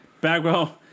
Bagwell